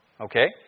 okay